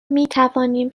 میتوانیم